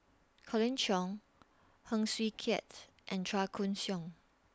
Colin Cheong Heng Swee Keat and Chua Koon Siong